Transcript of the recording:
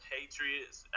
Patriots